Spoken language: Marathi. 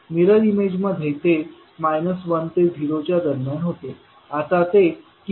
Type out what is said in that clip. मिरर इमेज मध्ये ते 1 ते 0 च्या दरम्यान होते आता ते t 1 ते t दरम्यान असेल